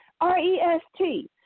R-E-S-T